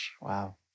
Wow